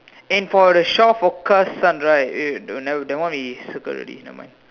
and for the shore forecast sun right eh wait never mind that one is circle already never mind